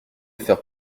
faire